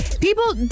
People